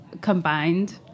combined